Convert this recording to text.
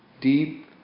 deep